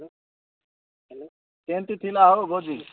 କେମିତି ଥିଲା ହୋ ଗଦି